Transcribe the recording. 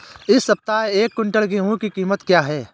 इस सप्ताह एक क्विंटल गेहूँ की कीमत क्या है?